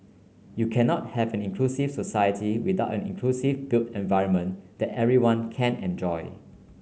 you cannot have an inclusive society without an inclusive built environment that everybody can enjoy